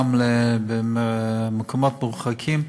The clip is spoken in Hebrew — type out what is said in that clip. גם במקומות מרוחקים.